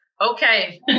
okay